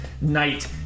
night